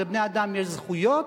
ולבני-אדם יש זכויות,